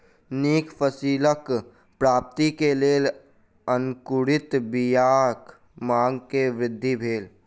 नीक फसिलक प्राप्ति के लेल अंकुरित बीयाक मांग में वृद्धि भेल